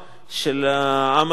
של העם היהודי,